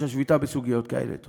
שחופש השביתה בסוגיות האלה יהיה קיים.